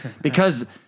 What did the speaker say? Because-